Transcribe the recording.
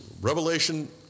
revelation